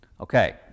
Okay